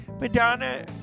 Madonna